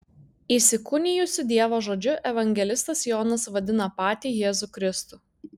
įsikūnijusiu dievo žodžiu evangelistas jonas vadina patį jėzų kristų